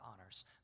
honors